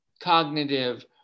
cognitive